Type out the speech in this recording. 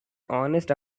honest